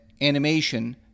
animation